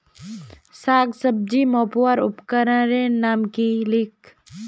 साग सब्जी मपवार उपकरनेर नाम लिख?